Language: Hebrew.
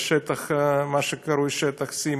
במה שקרוי שטח C,